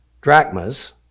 drachmas